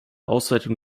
auswertung